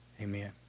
Amen